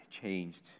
changed